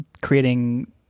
creating